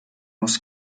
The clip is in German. muss